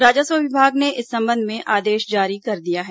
राजस्व विभाग ने इस संबंध में आदेश जारी कर दिया है